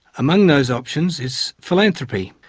among those options is philanthropy,